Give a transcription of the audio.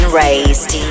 raised